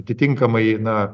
atitinkamai na